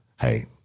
hey